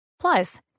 Plus